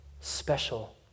special